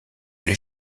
les